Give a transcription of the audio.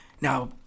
Now